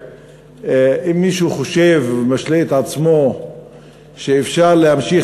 אם מישהו חושב או משלה את עצמו שאפשר להמשיך